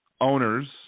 owners